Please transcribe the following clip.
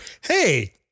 hey